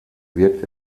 wirkt